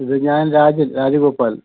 ഇത് ഞാൻ രാജൻ രാജ ഗോപാൽ